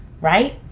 right